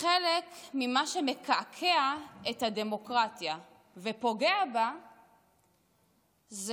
חלק ממה שמקעקע את הדמוקרטיה ופוגע בה זה